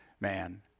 man